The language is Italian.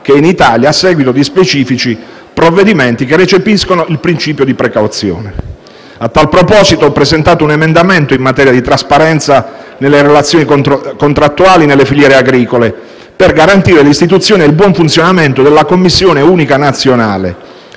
e in Italia a seguito di specifici provvedimenti che recepiscono il principio di precauzione. A tal proposito ho presentato un emendamento in materia di trasparenza nelle relazioni contrattuali nelle filiere agricole per garantire l'istituzione e il buon funzionamento delle commissioni uniche nazionali